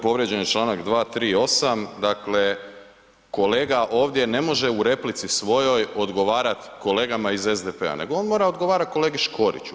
Povrijeđen je članak 238., dakle, kolega ovdje ne može u replici svojoj odgovarati kolegama iz SDP-a nego on mora odgovarati kolegi Škvoriću.